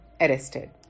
arrested